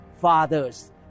fathers